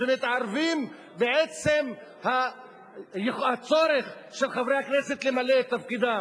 ומתערבים בעצם הצורך של חברי הכנסת למלא את תפקידם.